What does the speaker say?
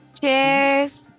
Cheers